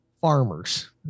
farmers